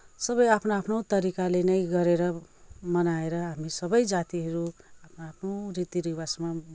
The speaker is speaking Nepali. सबै आफ्नो आफ्नो तरिकाले नै गरेर मनाएर हामी सबै जातिहरू आ आफ्नो रीति रिवाजमा